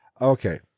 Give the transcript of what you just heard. Okay